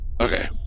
Okay